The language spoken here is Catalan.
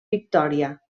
victòria